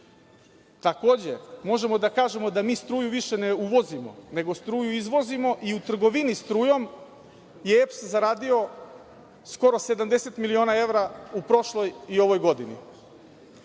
Nemačkoj. Možemo da kažemo i da mi struju više ne uvozimo, nego struju izvozimo i u trgovini strujom je EPS zaradio skoro 70 miliona evra u prošloj i ovoj godini. Takođe,